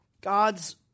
God's